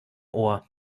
ohr